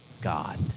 God